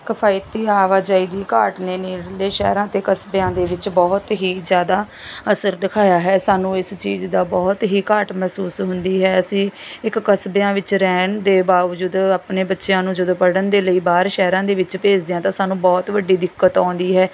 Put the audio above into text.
ਕਫ਼ਾਇਤੀ ਆਵਾਜਾਈ ਦੀ ਘਾਟ ਨੇ ਨੇੜਲੇ ਸ਼ਹਿਰਾਂ ਅਤੇ ਕਸਬਿਆਂ ਦੇ ਵਿੱਚ ਬਹੁਤ ਹੀ ਜ਼ਿਆਦਾ ਅਸਰ ਦਿਖਾਇਆ ਹੈ ਸਾਨੂੰ ਇਸ ਚੀਜ਼ ਦਾ ਬਹੁਤ ਹੀ ਘਾਟ ਮਹਿਸੂਸ ਹੁੰਦੀ ਹੈ ਅਸੀਂ ਇੱਕ ਕਸਬਿਆਂ ਵਿੱਚ ਰਹਿਣ ਦੇ ਬਾਵਜੂਦ ਆਪਣੇ ਬੱਚਿਆਂ ਨੂੰ ਜਦੋਂ ਪੜ੍ਹਨ ਦੇ ਲਈ ਬਾਹਰ ਸ਼ਹਿਰਾਂ ਦੇ ਵਿੱਚ ਭੇਜਦੇ ਹਾਂ ਤਾਂ ਸਾਨੂੰ ਬਹੁਤ ਵੱਡੀ ਦਿੱਕਤ ਆਉਂਦੀ ਹੈ